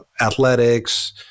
athletics